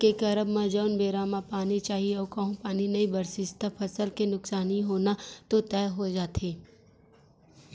खेती के करब म जउन बेरा म पानी चाही अऊ कहूँ पानी नई बरसिस त फसल के नुकसानी होना तो तय हो जाथे